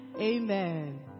amen